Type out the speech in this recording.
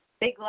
big